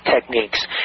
techniques